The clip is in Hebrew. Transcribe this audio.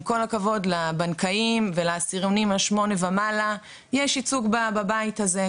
עם כל הכבוד לבנקאים ולעשירונים שמונה ומעלה יש ייצוג בבית הזה.